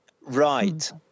Right